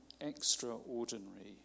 extraordinary